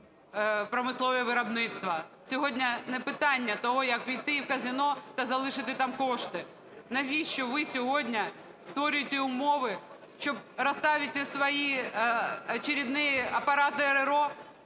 промислові виробництва. Сьогодні не питання того, як увійти в казино та залишити там кошти. Навіщо ви сьогодні створюєте умови – щоб розставити свои очередные апарати РРО,